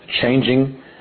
changing